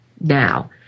now